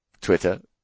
Twitter